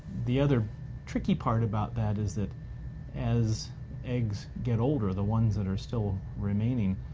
the other tricky part about that is that as eggs get older, the ones that are still remaining,